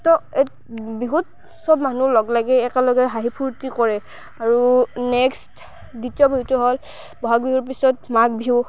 ত' বিহুত চব মানুহ লগ লাগি একেলগে হাঁহি ফূৰ্তি কৰে আৰু নেক্সট দ্বিতীয় বিহুটো হ'ল বহাগ বিহুৰ পিছত মাঘ বিহু